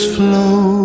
flow